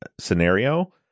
scenario